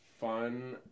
fun